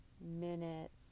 minutes